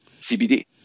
CBD